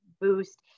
boost